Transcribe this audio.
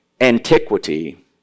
antiquity